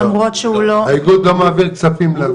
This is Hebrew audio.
האיגוד לא מעביר כספים.